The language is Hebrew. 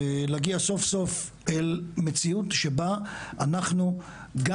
להגיע סוף סוף אל מציאות שבה אנחנו גם